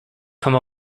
come